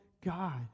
God